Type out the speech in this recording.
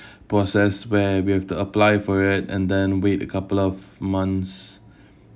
process where we have to apply for it and then wait a couple of months